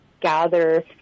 gather